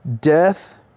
death